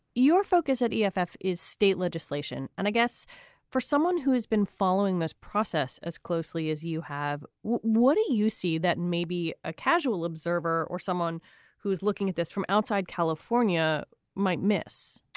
your focus at eaf is state legislation. and i guess for someone who's been following this process as closely as you have. what do you see that maybe a casual observer or someone who's looking at this from outside california might miss?